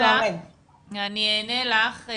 אני אענה לך.